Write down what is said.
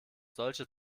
solche